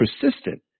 persistent